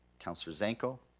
councilor zanko.